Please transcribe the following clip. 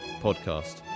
podcast